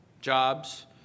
jobs